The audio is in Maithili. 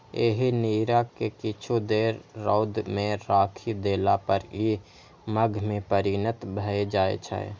एहि नीरा कें किछु देर रौद मे राखि देला पर ई मद्य मे परिणत भए जाइ छै